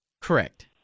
Correct